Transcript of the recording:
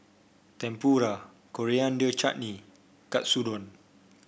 Tempura Coriander Chutney Katsudon